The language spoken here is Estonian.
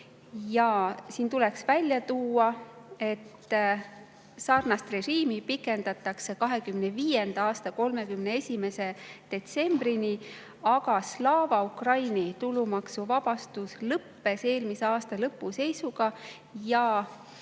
Siin tuleks välja tuua, et seda režiimi pikendatakse 2025. aasta 31. detsembrini, aga Slava Ukraini tulumaksuvabastus lõppes eelmise aasta lõpu seisuga ja